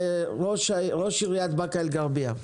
ראש עיריית באקה אל גרבייה.